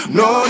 no